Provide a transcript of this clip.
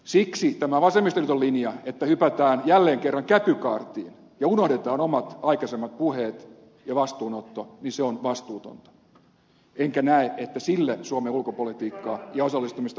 siksi tämä vasemmistoliiton linja että hypätään jälleen kerran käpykaartiin ja unohdetaan omat aikaisemmat puheet ja vastuunotto on vastuutonta enkä näe että sille suomen ulkopolitiikkaa ja osallistumista voidaan lähettää